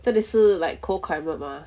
这里是 like cold climate mah